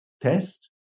test